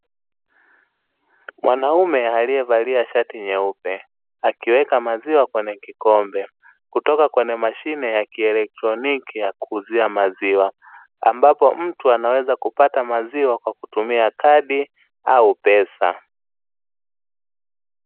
Mwanaume aliyevalia shati nyeupe akiweka maziwa kwenye kikombe kutoka kwenye mashine ya kieletetroniki yakuuzia maziwa, ambapo mtu anaweza kupata maziwa kwa kutumia kadi au pesa.